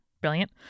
Brilliant